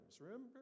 Remember